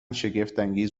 شگفتانگیز